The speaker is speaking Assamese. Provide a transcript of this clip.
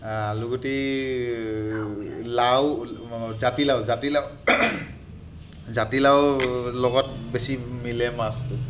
আলুগুটি লাও জাতি লাও জাতি লা জাতি লাও লগত মিলে বেছি মাছটো